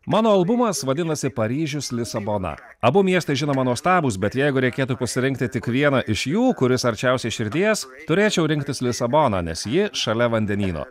mano albumas vadinasi paryžius lisabona abu miestai žinoma nuostabūs bet jeigu reikėtų pasirinkti tik vieną iš jų kuris arčiausiai širdies turėčiau rinktis lisaboną nes ji šalia vandenyno